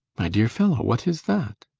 my dear fellow, what is that?